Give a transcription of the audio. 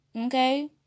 Okay